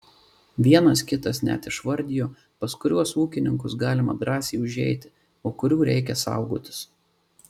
vienas kitas net išvardijo pas kuriuos ūkininkus galima drąsiai užeiti o kurių reikia saugotis